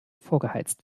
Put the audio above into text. vorgeheizt